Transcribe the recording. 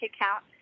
account